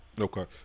Okay